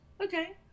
okay